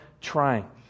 trying